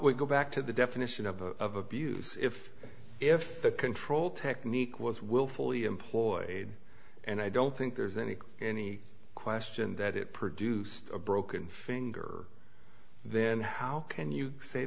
probably go back to the definition of of abuse if if the control technique was wilfully employed and i don't think there's any any question that it produced a broken finger then how can you say